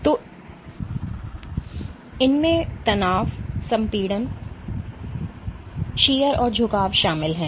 तो इनमें तनाव संपीड़न शीयर और झुकाव शामिल हैं